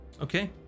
Okay